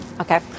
Okay